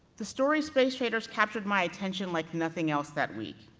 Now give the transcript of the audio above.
the story space traders captured my attention like nothing else that week.